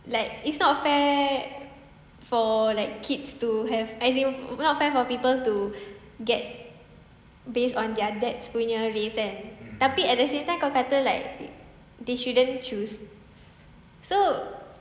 like it's not fair for like kids to have as if not fair for people to get based on their dad's punya race eh tapi at the same time kau kata like they shouldn't choose so